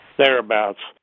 thereabouts